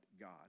God